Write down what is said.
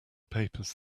papers